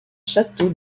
château